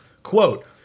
Quote